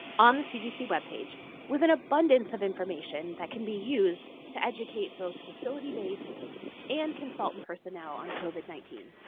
on the cdc web page with an abundance of information that can be used to educate both facility-based and consultant personnel on covid nineteen.